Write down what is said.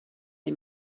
les